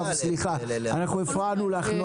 נעה, הפרענו לך.